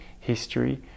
history